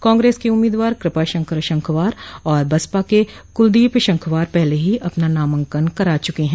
कांग्रेस के उम्मीदवार कृपाशंकर शंखवार और बसपा के कुलदीप शंखवार पहले ही अपना नामांकन करा चुके हैं